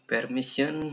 Permission